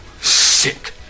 sick